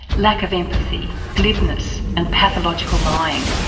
lack of empathy, glibness and pathological lying,